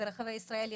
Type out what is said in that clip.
ברחבי ישראל,